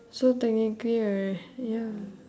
so technically right ya